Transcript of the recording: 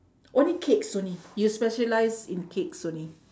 only cakes only you specialise in cakes only